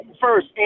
first